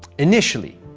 initially,